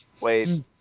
Wait